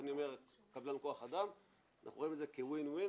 אבל הוא אמר רק ש --- אנחנו מוציאים אל בעל הקרקע צו ניקוי.